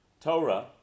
Torah